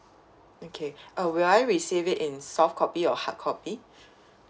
okay uh will I receive it in softcopy or hardcopy